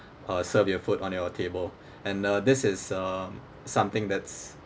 uh serve your food on your table and uh this is uh something that's